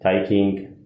taking